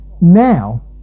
Now